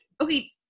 Okay